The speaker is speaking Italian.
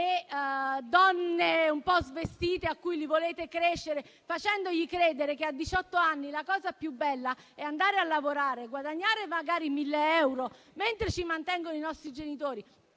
e donne un po' svestite con cui li volete crescere. Fate loro credere che a diciott'anni la cosa più bella sia andare a lavorare, guadagnare magari 1.000 euro, mentre ci mantengono i nostri genitori,